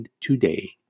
today